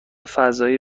فضایی